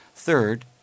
Third